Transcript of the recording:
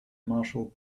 marshall